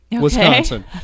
Wisconsin